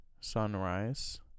sunrise